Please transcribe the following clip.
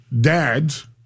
dads